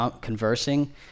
conversing